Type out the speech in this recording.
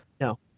no